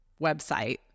website